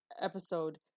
episode